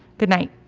good night.